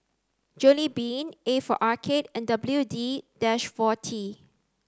Jollibean A for Arcade and W D forty